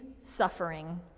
suffering